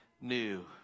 new